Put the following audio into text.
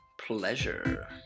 pleasure